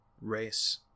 race